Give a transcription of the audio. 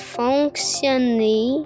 fonctionner